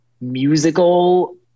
musical